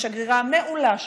שגרירה מעולה שם,